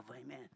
Amen